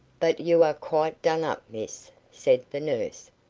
but you are quite done up, miss, said the nurse.